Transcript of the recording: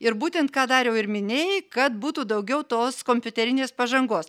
ir būtent ką dariau ir minėjai kad būtų daugiau tos kompiuterinės pažangos